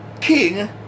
king